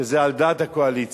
שזה על דעת הקואליציה.